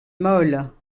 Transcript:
molles